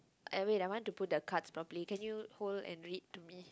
wait I want to put the cards properly can you hold and read to me